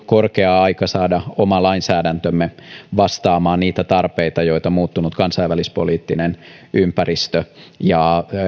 korkea aika saada oma lainsäädäntömme vastaamaan niitä tarpeita joita muuttunut kansainvälispoliittinen ympäristö ja